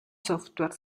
software